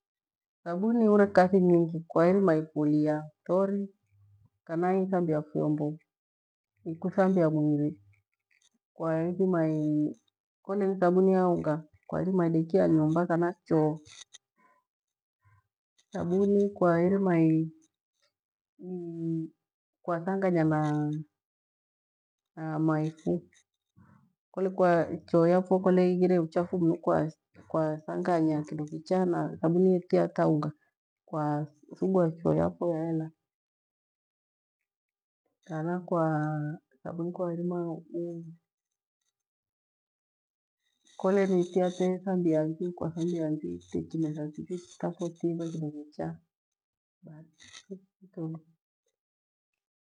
Thabuni iure kathi nyingi kwairima ifuria thori, kana ithambia vyombo, ikuthambia mwili, kwa irima ii kole ni thabuni ya unga kwairima idekia nyumba, kana choo, thabuni kwairima ii kwathanganya na maifu kole kwa kole choo yafu kole ighire uchafu mnu kwa kwa thanganya kindo kicha na thabuni tiya ta unga thigua choo yafo yada, kana kwa thabuni kwa irima ukore ni tia tethambia njuri tafo kimetha njwi tafo kivo kindo kicha bathi ito du.